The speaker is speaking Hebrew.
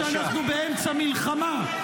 חשבתי שאנחנו באמצע מלחמה.